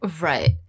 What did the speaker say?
Right